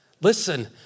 listen